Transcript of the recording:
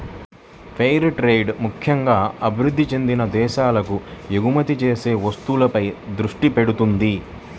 fair trade ముక్కెంగా అభివృద్ధి చెందిన దేశాలకు ఎగుమతి చేసే వస్తువులపై దృష్టి పెడతది